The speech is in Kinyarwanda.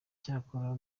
cyakora